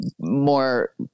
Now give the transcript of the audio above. more